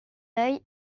oeil